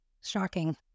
Shocking